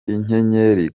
inyenyeri